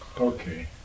Okay